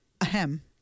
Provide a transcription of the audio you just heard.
Ahem